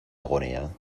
agonía